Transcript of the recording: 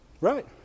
Right